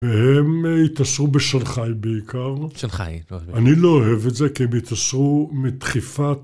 והם התעשרו בשנחאי בעיקר. שנחאי. אני לא אוהב את זה כי הם התעשרו מדחיפת...